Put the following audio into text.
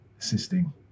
assisting